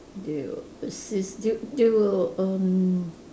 they will assist they they will erm